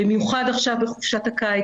במיוחד עכשיו בחופשת הקיץ,